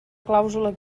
clàusula